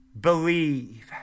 believe